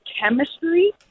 chemistry